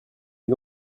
est